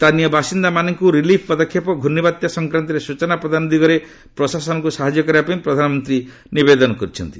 ସ୍ଥାନୀୟ ବାସିନ୍ଦାମାନଙ୍କୁ ରିଲିଫ୍ ପଦକ୍ଷେପ ଓ ଘୂର୍ଣ୍ଣିବାତ୍ୟା ସଂକ୍ରାନ୍ତରେ ସୂଚନା ପ୍ରଦାନ ଦିଗରେ ପ୍ରଶାସନକୁ ସାହାଯ୍ୟ କରିବା ପାଇଁ ପ୍ରଧାନମନ୍ତ୍ରୀ ନିବେଦନ କରିଛନ୍ତି